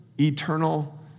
eternal